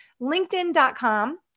LinkedIn.com